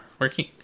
working